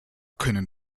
können